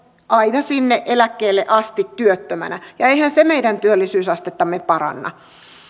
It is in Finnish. aina sinne eläkkeelle asti työttömänä ja eihän se meidän työllisyysastettamme paranna